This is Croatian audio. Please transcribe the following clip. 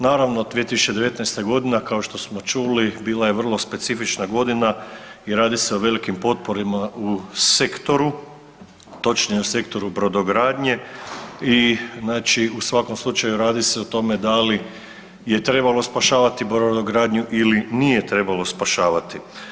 Naravno, 2019. g. kao što smo čuli, bila je vrlo specifična godina i radi se o velikim potporama u sektoru, točnije u sektoru brodogradnje i u svakom slučaju o tome da li je trebalo spašavati brodogradnju ili nije trebalo spašavati.